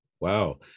wow